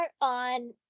on